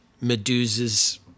Medusa's